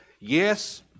yes